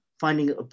finding